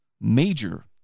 major